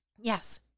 Yes